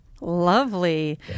Lovely